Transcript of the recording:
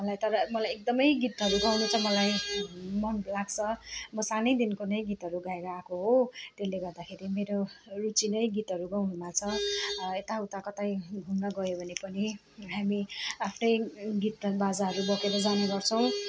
मलाई तर मलाई एकदमै गीतहरू गाउनु चाहिँ मलाई मनलाग्छ म सानैदेखिको नै गीतहरू गाएर आएको हो त्यसैले गर्दाखेरि मेरो रुचि नै गीतहरू गाउनुमा छ यताउता कतै घुम्न गयो भने पनि हामी आफ्नै गीत बाजाहरू बोकेर जाने गर्छौँ